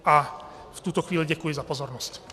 V tuto chvíli děkuji za pozornost.